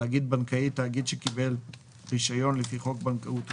"תאגיד בנקאי" תאגיד שקיבל רישיון לפי חוק הבנקאות (רישוי),